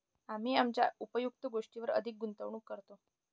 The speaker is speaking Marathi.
आम्ही आमच्या उपयुक्त गोष्टींवर अधिक गुंतवणूक करतो